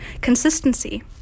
Consistency